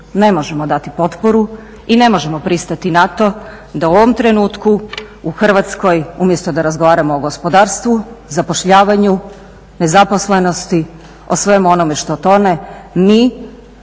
ne možemo dati potporu i ne možemo pristati na to da u ovom trenutku u Hrvatskoj umjesto da razgovaramo o gospodarstvu, zapošljavanju, nezaposlenosti, o svemu onome što tone, mi